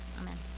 Amen